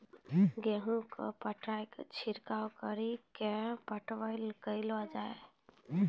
गेहूँ के पटवन छिड़काव कड़ी के पटवन करलो जाय?